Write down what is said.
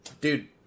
dude